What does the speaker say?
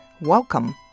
Welcome